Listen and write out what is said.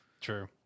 True